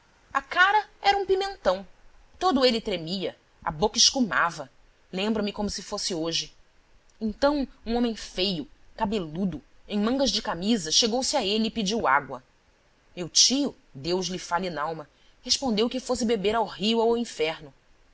a cara era um pimentão todo ele tremia a boca escumava lembra-me como se fosse hoje então um homem feio cabeludo em mangas de camisa chegou-se a ele e pediu água meu tio deus lhe fale n alma respondeu que fosse beber ao rio ou ao inferno